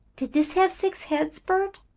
did this have six heads, bert?